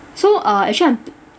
so uh actually I'm